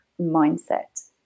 mindset